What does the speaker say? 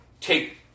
take